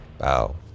Wow